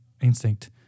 instinct